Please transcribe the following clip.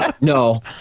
no